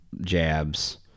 jabs